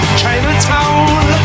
Chinatown